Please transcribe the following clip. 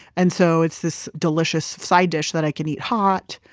and so it's this delicious side dish that i can eat hot,